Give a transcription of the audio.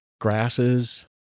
grasses